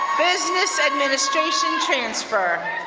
business administration transfer.